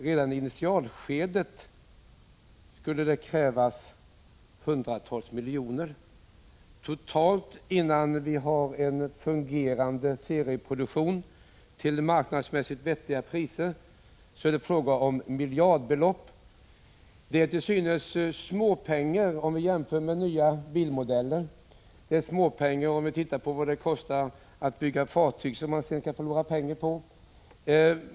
Redan i initialskedet skulle det krävas hundratals miljoner. Totalt, innan vi har en fungerande serieproduktion till marknadsmässigt vettiga priser, är det fråga om miljardbelopp. Det är till synes småpengar om vi jämför med hur mycket pengar som läggs ned på nya bilmodeller och om vi jämför med vad det kostar att bygga fartyg som man sedan förlorar pengar på.